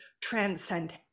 transcend